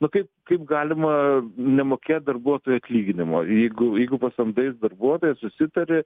nu kaip kaip galima nemokėt darbuotojo atlyginimo jeigu jeigu pasamdeis darbuotojas susitari